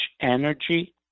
Energy